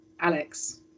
Alex